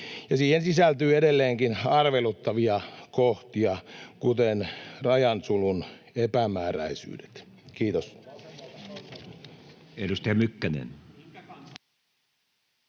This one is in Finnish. siihen sisältyy edelleenkin arveluttavia kohtia, kuten rajan sulun epämääräisyydet. — Kiitos.